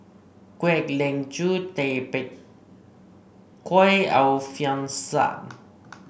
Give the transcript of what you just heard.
Kwek Leng Joo Tay Bak Koi Alfian Sa'at